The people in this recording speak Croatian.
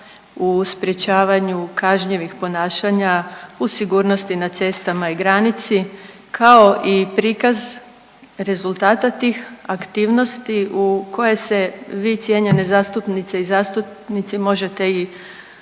u sprječavanju kažnjivih ponašanja u sigurnosti na cestama i granici kao i prikaz rezultata tih aktivnosti u koje se vi cijenjene zastupnice i zastupnici možete i uvjeriti